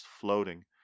floating